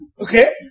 Okay